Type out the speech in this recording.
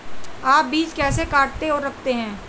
आप बीज कैसे काटते और रखते हैं?